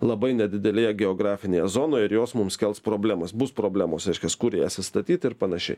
labai nedidelėje geografinėje zonoje ir jos mums kels problemas bus problemos reiškias kur jąsias statyt ir panašiai